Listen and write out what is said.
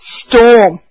storm